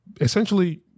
essentially